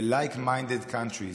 של like minded countries.